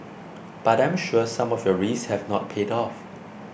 but I'm sure some of your risks have not paid off